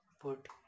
put